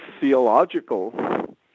theological